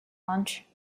launch